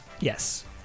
Yes